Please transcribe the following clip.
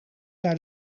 naar